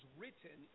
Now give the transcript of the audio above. written